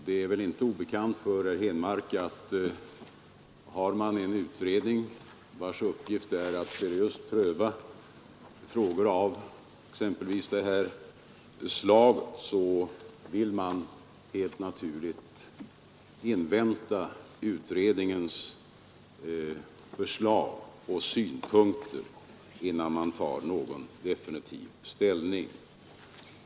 Det är väl inte obekant för herr Henmark att man, om det pågår en utredning vars uppgift är att seriöst pröva frågor av exempelvis detta slag, helt naturligt vill invänta utredningens förslag och synpunkter innan man tar någon definitiv ställning.